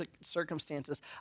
circumstances